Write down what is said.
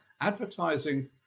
advertising